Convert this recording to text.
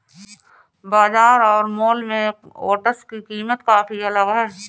बाजार और मॉल में ओट्स की कीमत काफी अलग है